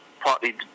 partly